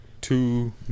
two